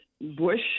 Bush